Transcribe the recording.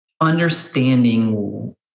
understanding